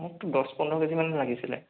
মোক দহ পোন্ধৰ কেজি মানহে লাগিছিলে